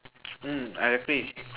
mm I agree